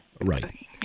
Right